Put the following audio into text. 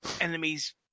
enemies